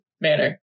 manner